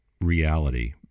reality